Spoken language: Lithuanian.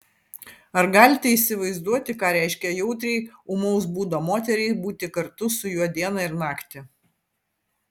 ar galite įsivaizduoti ką reiškia jautriai ūmaus būdo moteriai būti kartu su juo dieną ir naktį